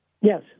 yes